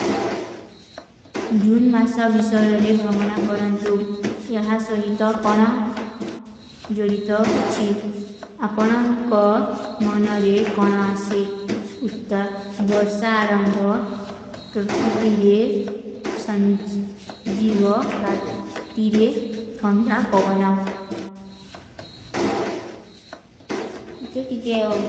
ଜୁନ ମାସା ଵିଶଯରେ ଭାଵନା କରନ୍ତୁ, ଯହା ସହୀତ କନା ଜଡିତ ଅଚ୍ଛୀ। ଅପନାଂ କା ମନରେ କନା ଆଶେ। ଉତ୍ତା ବର୍ଶା ଅରଂଭଦ କରକୁତୀରେ ସଂଜୀଵା ରାତୀରେ ଥଂଦା ପଵନା। ଟୀକେ ଟୀକେ ଆଓ।